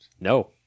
No